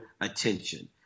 attention